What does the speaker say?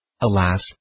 Alas